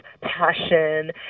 passion